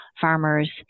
farmers